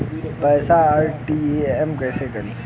पैसा आर.टी.जी.एस कैसे करी?